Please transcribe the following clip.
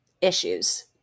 issues